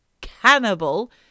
cannibal